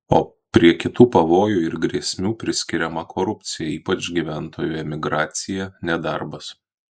o prie kitų pavojų ir grėsmių priskiriama korupcija ypač gyventojų emigracija nedarbas